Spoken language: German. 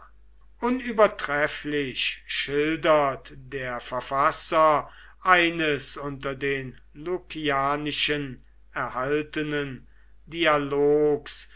unübertrefflich schildert der verfasser eines unter den lukianischen erhaltenen dialogs